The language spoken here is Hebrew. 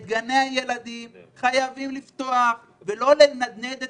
את גני הילדים חייבים לפתוח ולא לנדנד את